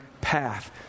path